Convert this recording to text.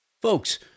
Folks